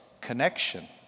connection